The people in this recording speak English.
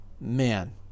man